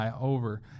over